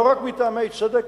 לא רק מטעמי צדק,